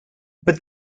but